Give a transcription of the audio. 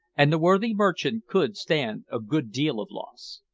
and the worthy merchant could stand a good deal of loss.